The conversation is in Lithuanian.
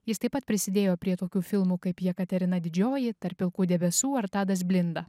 jis taip pat prisidėjo prie tokių filmų kaip jekaterina didžioji tarp pilkų debesų ar tadas blinda